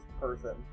person